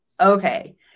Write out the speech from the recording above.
Okay